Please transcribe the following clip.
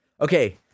Okay